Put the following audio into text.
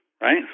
right